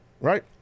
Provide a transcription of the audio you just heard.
right